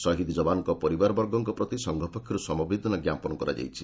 ଶହୀଦ ଯବାନଙ୍କ ପରିବାରବର୍ଗଙ୍କ ପ୍ରତି ସଂଘ ପକ୍ଷରୁ ସମବେଦନା ଜ୍ଞାପନ କରାଯାଇଛି